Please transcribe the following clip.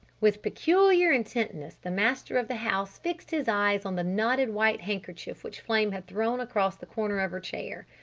with peculiar intentness the master of the house fixed his eyes on the knotted white handkerchief which flame had thrown across the corner of her chair.